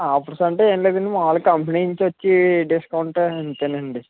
offers అంటే ఏం లేదండి మామూలుగా కంపెనీ నుంచి వచ్చి డిస్కౌంటు అంతేనండి